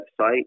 website